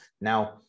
now